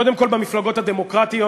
קודם כול במפלגות הדמוקרטיות,